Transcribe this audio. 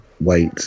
wait